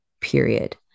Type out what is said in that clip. period